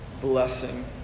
blessing